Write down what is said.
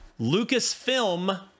Lucasfilm